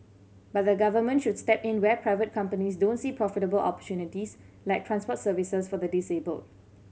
but the Government should step in where private companies don't see profitable opportunities like transport services for the disabled